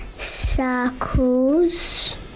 Circles